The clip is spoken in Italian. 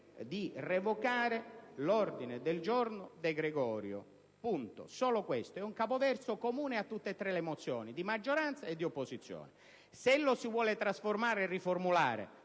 di revocare l'ordine del giorno del senatore De Gregorio. Solo questo: è un capoverso comune a tutte e tre le mozioni, di maggioranza e di opposizione. Se lo si vuole trasformare e riformulare,